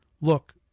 Look